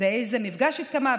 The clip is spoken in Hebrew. באיזה מפגש התקיימה,